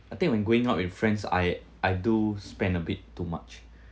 I think when going out with friends I I do spend a bit too much